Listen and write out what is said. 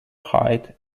height